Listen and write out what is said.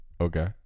Okay